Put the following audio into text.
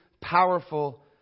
powerful